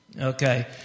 Okay